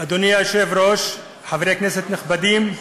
אדוני היושב-ראש, חברי כנסת נכבדים,